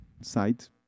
site